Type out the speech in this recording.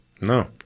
No